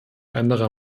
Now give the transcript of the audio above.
anderer